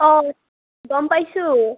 অঁ গম পাইছোঁ